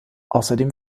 außerdem